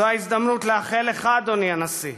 זו ההזדמנות לאחל לך, אדוני הנשיא,